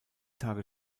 tage